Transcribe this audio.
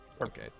Okay